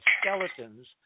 skeletons